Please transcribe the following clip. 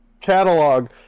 catalog